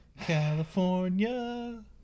California